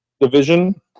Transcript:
division